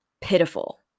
pitiful